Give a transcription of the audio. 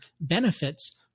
benefits